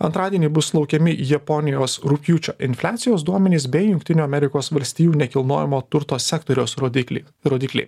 antradienį bus laukiami japonijos rugpjūčio infliacijos duomenys bei jungtinių amerikos valstijų nekilnojamo turto sektoriaus rodiklį rodikliai